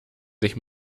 sich